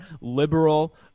liberal